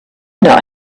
not